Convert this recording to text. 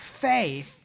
faith